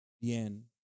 bien